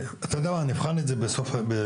אתה יודע מה, אנחנו נבחן את זה בסוף מעשה.